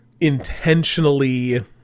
intentionally